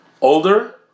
older